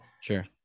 Sure